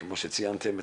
וכמו שציינתם,